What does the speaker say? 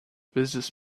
business